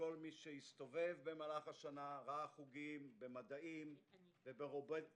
כל מי שהסתובב במהלך השנה ראה חוגים במדעים וברובוטיקה